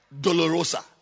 Dolorosa